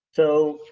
so,